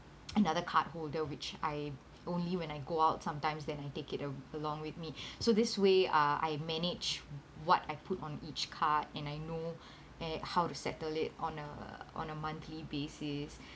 another card holder which I only when I go out sometimes then I take it uh along with me so this way uh I manage what I put on each card and I know a~ how to settle it on a on a monthly basis